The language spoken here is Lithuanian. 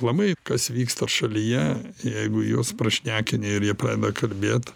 aplamai kas vyksta šalyje jeigu juos prašnekini ir jie pradeda kalbėt